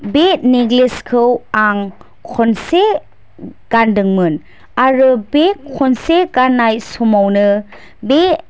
बे नेक्लेस खौ आं खनसे गानदोंमोन आरो बे खनसे गाननाय समावनो बे